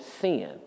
sin